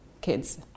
kids